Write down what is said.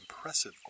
impressive